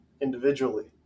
individually